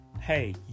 hey